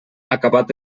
acabat